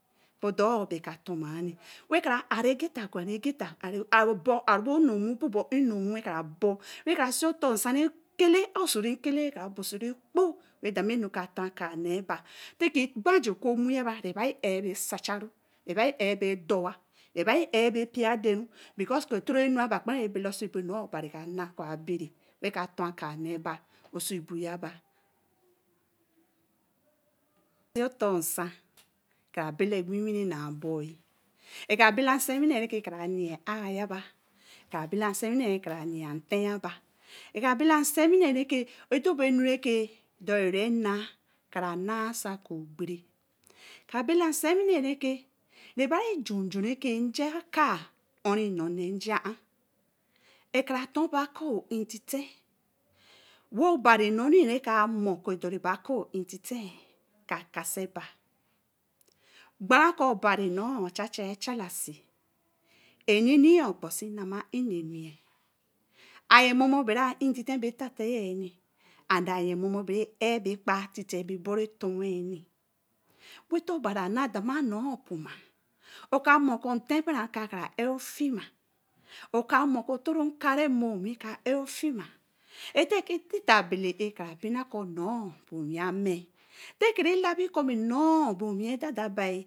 bodoor ba ka toma ni, weh kara aru ayeta gwaru ageta. kare boo weh kara si otor. Nsa se kele bara ra kpoo weh dama nu kara ne ba tina ki rebere á r ba pii aden ru oso bonor obari ka na weh lara bai nu re weh ka ton oka naba oso bóó ya ba kara si ofor Nsa kara bela wiwii rekii na boii e kara bela siwine re ke kara yen ar yaba, kara bela si wine re kara yan tenyaba, kara bela siwine re ke a kara bai nu re doru na, kara nama soo kai gbare kara bela siwine reke re bari jun jun re ke ja kaa on re none jia ar a kara ton bai akáá ó e tite weh obari nomi ka kasi bai gbanra koo obari noor na ma nanu a yen mor mor bera atiten bai tate ye ni ayen mor mor bera er ba kpa tete bai boro tonweni weh to obari na dana nor poma oka mor koo nten borri nka kara ér ofina oka mor koo otoro nka re mor wii ka a mfina teki tita abela ora kara bin ko nor ban owii ame tekiri labi koo nor ba owiii dada bai